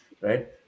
right